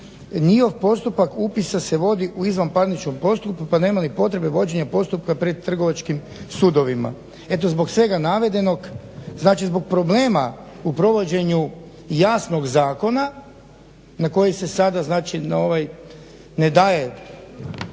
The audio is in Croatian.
njihov postupak upisa se vodi u izvanparničnom postupku pa nema ni potrebe vođenja postupka pred Trgovačkim sudovima. Eto zbog svega navedenog znači zbog problema u provođenju jasnog zakona na koji se sada znači